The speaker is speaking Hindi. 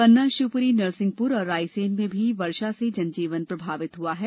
पन्ना शिवपुरी नरसिंहपुर और रायसेन में भी बारिश से जनजीवन प्रभावित हुआ है